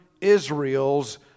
Israel's